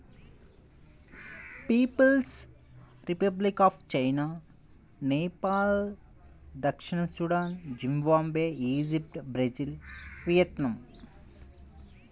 peoples Republic of China, Nepal దక్షిణ Sudan, Zimbabwe, Egypt, Brazil, Vietnam